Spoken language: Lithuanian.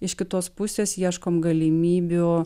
iš kitos pusės ieškom galimybių